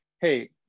hey